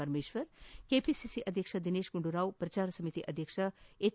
Parameshwar KPCC ಅಧ್ಯಕ್ಷ ದಿನೇಶ್ ಗುಂಡೂರಾವ್ ಪ್ರಜಾರ ಸಮಿತಿ ಅಧ್ಯಕ್ಷ ಎಚ್